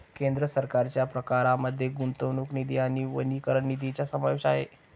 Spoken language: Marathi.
केंद्र सरकारच्या प्रकारांमध्ये गुंतवणूक निधी आणि वनीकरण निधीचा समावेश आहे